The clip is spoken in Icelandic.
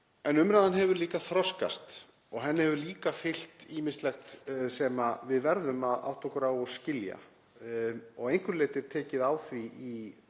Umræðan hefur líka þroskast og henni hefur fylgt ýmislegt sem við verðum að átta okkur á og skilja og að einhverju leyti er tekið á því,